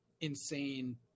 insane